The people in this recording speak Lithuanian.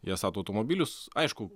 jie stato automobilius aišku